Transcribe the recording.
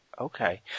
Okay